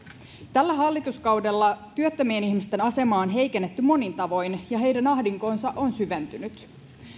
tällä hallituskaudella työttömien ihmisten asemaa on heikennetty monin tavoin ja heidän ahdinkonsa on syventynyt